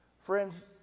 Friends